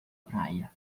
praia